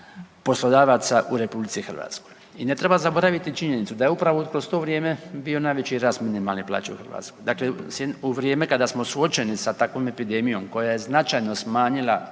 poslodavaca u RH. I ne treba zaboraviti činjenicu da je upravo kroz to vrijeme bio najveći rast minimalne plaće u Hrvatskoj. Dakle, u vrijeme kada smo suočeni sa takvom epidemijom koja je značajno smanjila